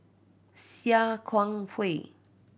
Sia Kah Hui